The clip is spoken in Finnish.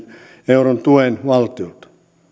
euron tuen valtiolta